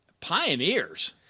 pioneers